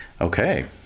okay